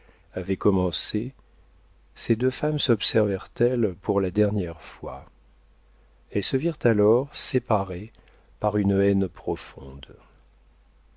avait commencé ces deux femmes sobservèrent elles pour la dernière fois elles se virent alors séparées par une haine profonde